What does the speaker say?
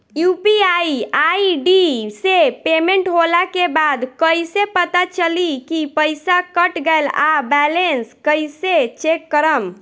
UPI ID से payment होला के बाद कइसे पता चली की पईसा कट गएल आ बैलेंस कइसे चेक करम?